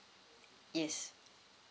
yes